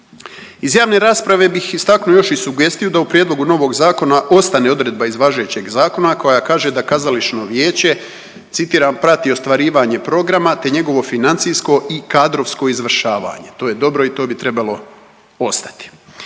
Iz javne raspravi bih istaknuo još i sugestiju da u prijedlogu novog zakona ostane odredba iz važećeg zakona koja kaže da kazališno vijeće citiram „prati ostvarivanje programa te njegovo financijsko i kadrovsko izvršavanje“, to je dobro i to bi trebalo ostati.